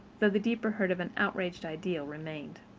though the deeper hurt of an outraged ideal remained.